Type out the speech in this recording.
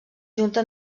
junta